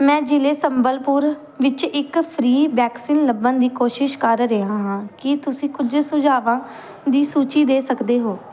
ਮੈਂ ਜ਼ਿਲ੍ਹੇ ਸੰਬਲਪੁਰ ਵਿੱਚ ਇੱਕ ਫ੍ਰੀ ਵੈਕਸੀਨ ਲੱਭਣ ਦੀ ਕੋਸ਼ਿਸ਼ ਕਰ ਰਿਹਾ ਹਾਂ ਕੀ ਤੁਸੀਂ ਕੁਝ ਸੁਝਾਵਾਂ ਦੀ ਸੂਚੀ ਦੇ ਸਕਦੇ ਹੋ